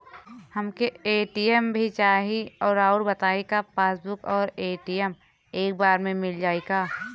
हमके ए.टी.एम भी चाही राउर बताई का पासबुक और ए.टी.एम एके बार में मील जाई का?